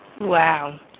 Wow